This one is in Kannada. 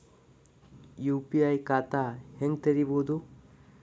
ಯು.ಪಿ.ಐ ಖಾತಾ ಹೆಂಗ್ ತೆರೇಬೋದು?